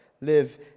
live